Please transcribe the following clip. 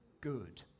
good